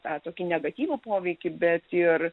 tą tokį negatyvų poveikį bet ir